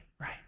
right